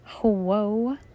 Whoa